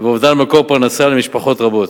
ואובדן מקור פרנסה למשפחות רבות.